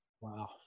Wow